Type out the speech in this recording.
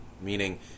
meaning